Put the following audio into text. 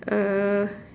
err